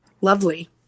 lovely